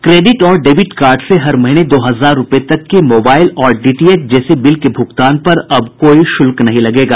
credit और debit card से हर महीने दो हजार रूपये तक के मोबाईल और डीटीएच जैसे बिल के भुगतान पर अब कोई शुल्क नहीं लगेगा